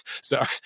Sorry